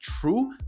true